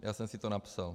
Já jsem si to napsal.